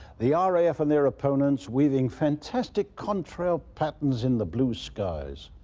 the ah raf and their opponents weaving fantastic contrail patterns in the blue skies.